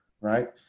Right